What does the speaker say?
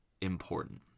important